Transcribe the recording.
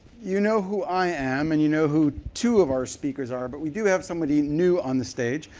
you know who i am and you know who two of our speakers are, but we do have somebody new on the stage.